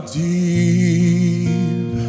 deep